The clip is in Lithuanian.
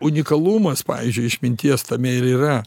unikalumas pavyzdžiui išminties tame ir yra